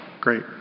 Great